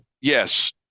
yes